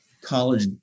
college